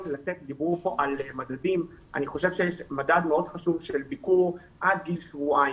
דובר פה על מדדים ואני חושב שיש מדד מאוד חשוב של ביקור עד גיל שבועיים.